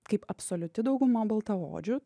kaip absoliuti dauguma baltaodžių